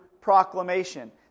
proclamation